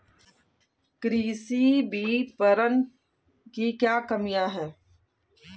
कृषि विपणन की क्या कमियाँ हैं?